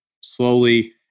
slowly